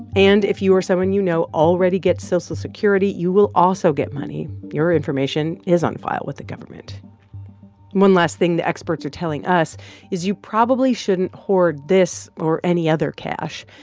and if you or someone you know already gets social security, you will also get money. your information is on file with the government one last thing the experts are telling us is you probably shouldn't hoard this or any other cash.